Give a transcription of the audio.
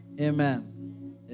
Amen